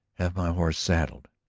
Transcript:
have my horse saddled,